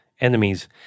enemies